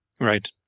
Right